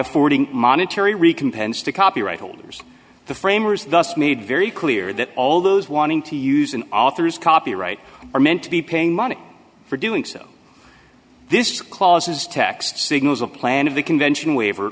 affording monetary rican pens to copyright holders the framers thus made very clear that all those wanting to use an author's copyright are meant to be paying money for doing so this clause as text signals a plan of the convention waiver